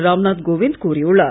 ராம் நாத் கோவிந்த் கூறியுள்ளார்